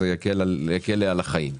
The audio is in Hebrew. זה יקל לי על החיים.